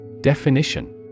Definition